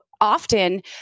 often